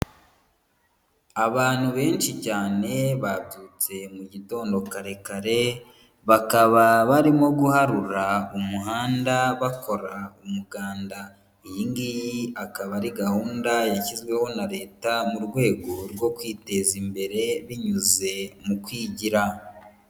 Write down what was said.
Abantu benshi cyane babyutse mu gitondo kare kare, bakaba barimo guharura umuhanda bakora umuganda. Iyigiyi akaba ari gahunda yashyizweho na leta mu rwego rwo kwiteza imbere binyuze mu kwigira.